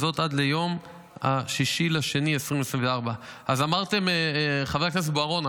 וזאת עד ליום 6 בפברואר 2024. חבר הכנסת בוארון,